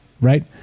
right